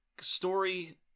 story